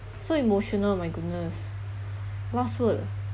so emotional my goodness last word